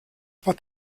war